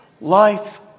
life